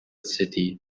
city